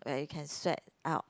when you can sweat out